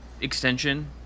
extension